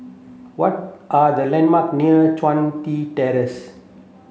what are the landmark near Chun Tin Terrace